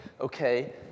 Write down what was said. okay